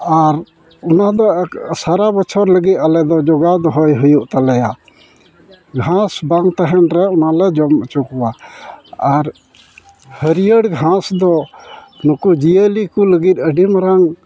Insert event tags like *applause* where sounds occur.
ᱟᱨ ᱚᱱᱟ ᱫᱚ *unintelligible* ᱥᱟᱨᱟ ᱵᱚᱪᱷᱚᱨ ᱞᱟᱜᱤᱫ ᱟᱞᱮ ᱫᱚ ᱡᱚᱜᱟᱣ ᱫᱚᱦᱚᱭ ᱦᱩᱭᱩᱜ ᱛᱟᱞᱮᱭᱟ ᱜᱷᱟᱸᱥ ᱵᱟᱝ ᱛᱟᱦᱮᱱ ᱨᱮ ᱚᱱᱟ ᱠᱚᱞᱮ ᱡᱚᱢ ᱚᱪᱚ ᱠᱚᱣᱟ ᱟᱨ ᱦᱟᱹᱨᱭᱟᱹᱲ ᱜᱷᱟᱸᱥ ᱫᱚ ᱱᱩᱠᱩ ᱡᱤᱭᱟᱹᱞᱤ ᱠᱚ ᱞᱟᱹᱜᱤᱫ ᱟᱹᱰᱤᱢᱟᱨᱟᱝ